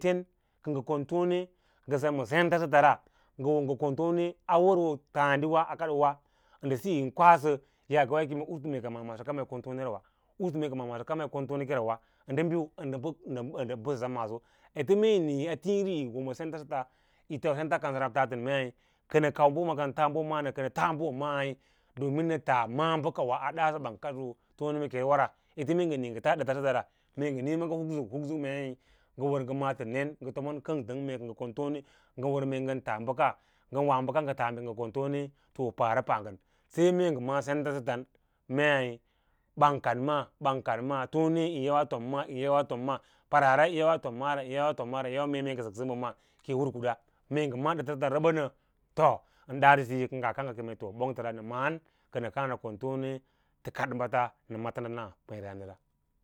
Ten kə ngə bne ngə sem ma senta sətara ngə wo ngə kon tone awəra puttǎǎɗiwawa kaɗoowa ən biyon kwasə yaake yí kem mə mee ka nə ma’an so kama a nə kone ra usantu mee ka yi ma’ā maaso kan yi kon tone kera to ə n bin ndə bəsəsə maaso ete maeyi nííya tííri yô wo ma senta səta to senta kansə mb tatən mei kənə kau bəba kənə tas bəba maí nə taa na’a’ ba’kawa a daaso ɓam kasə tone ma karewa rab, ete mee ngə níí ngə tau ɗətə səto ra, mee ngo níí maaga hubuk husuk meu ngə wər ngə maa tənen ngə wər ngə tomon kəntəg kə ngə kon tone ngə wər mee ngən taa bəka, ngə na bəka ngə taa bəka ngə kon tone, to, pawara pa ngən saí mee ngə ma’ǎ senta sətan mei ban kan maa ban kan ma ěě tone ən yawa atom ma a tom maa paraara yi yawa a toni maara atom maare ataon maara ən yau mee mee sək bə ba man pə yo kurkuɗa mee ngə maa dətssətar rəbəd nə to ən daasosiyo kə ngaa kad ngə kem nə maãn kəmə kaã nə kon tone tə kad ɓate nə ma lauda na.